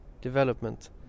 development